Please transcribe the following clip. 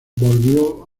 volvió